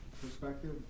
perspective